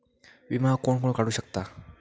विमा कोण कोण काढू शकता?